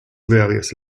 various